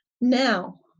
now